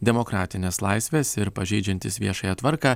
demokratines laisves ir pažeidžiantys viešąją tvarką